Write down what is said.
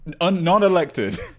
Non-elected